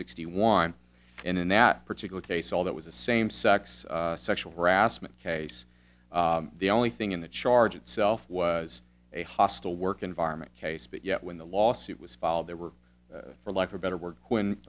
sixty one and in that particular case all that was a same sex sexual harassment case the only thing in the charge itself was a hostile work environment case but yet when the lawsuit was filed there were for like a better word quinn